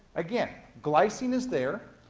again, glycine is there.